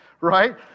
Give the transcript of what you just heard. right